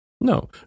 No